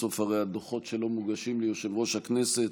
בסוף הרי הדוחות שלו מוגשים ליושב-ראש הכנסת,